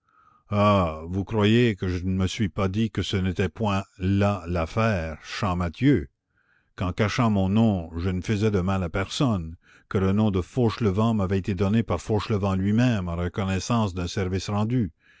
ah vous croyez que je ne me suis pas dit que ce n'était point là l'affaire champmathieu qu'en cachant mon nom je ne faisais de mal à personne que le nom de fauchelevent m'avait été donné par fauchelevent lui-même en reconnaissance d'un service rendu